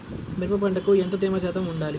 మిరప పంటకు ఎంత తేమ శాతం వుండాలి?